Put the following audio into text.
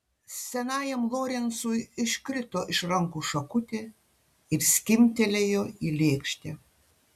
senajam lorencui iškrito iš rankų šakutė ir skimbtelėjo į lėkštę